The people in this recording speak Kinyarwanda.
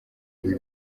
ibi